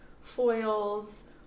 foils